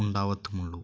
ഉണ്ടാവത്തുമുള്ളൂ